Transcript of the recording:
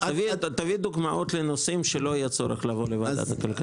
תביא דוגמאות לנושאים שלא יהיה צורך לבוא לוועדת הכלכלה.